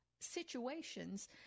situations